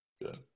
Good